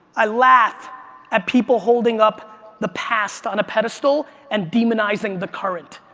i laugh at people holding up the past on a pedestal and demonizing the current.